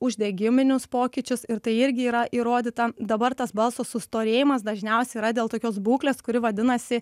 uždegiminius pokyčius ir tai irgi yra įrodyta dabar tas balso sustorėjimas dažniausiai yra dėl tokios būklės kuri vadinasi